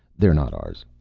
they're not ours.